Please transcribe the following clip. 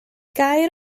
gair